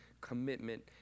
commitment